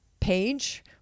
page